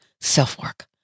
self-work